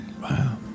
Wow